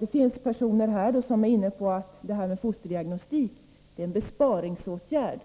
Det finns personer som är inne på att det här med fosterdiagnostik är en besparingsåtgärd.